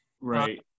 Right